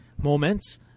moments